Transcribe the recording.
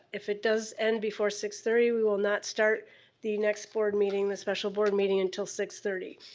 if it does end before six thirty, we will not start the next board meeting, the special board meeting, until six thirty.